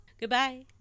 Goodbye